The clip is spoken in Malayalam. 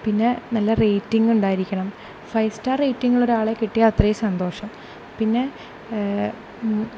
പിന്നെ നല്ല റേറ്റിങ്ങ് ഉണ്ടായിരിക്കണം ഫൈവ് സ്റ്റാർ റേറ്റിങ്ങ് ഉള്ള ഒരാളെ കിട്ടിയാൽ അത്രയും സന്തോഷം പിന്നെ